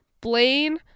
Blaine